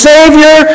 Savior